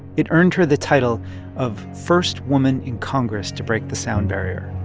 it earned her the title of first woman in congress to break the sound barrier.